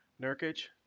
Nurkic